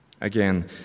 Again